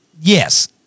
yes